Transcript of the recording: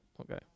okay